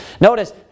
Notice